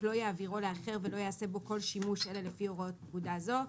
לא יעבירו לאחר ולא יעשה בו כל שימוש אלא לפי הוראות פקודה זו.